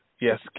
yes